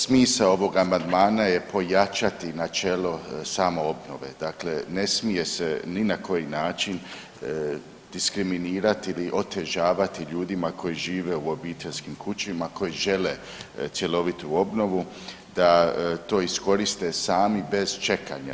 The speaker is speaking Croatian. Smisao ovog amandmana je pojačati načelo samoobnove, dakle ne smije se ni na koji način diskriminirati ili otežavati ljudima koji žive u obiteljskim kućama koji žele cjelovitu obnovu da to iskoriste sami bez čekanja.